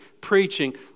preaching